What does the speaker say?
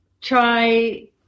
try